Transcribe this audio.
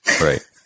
Right